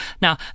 Now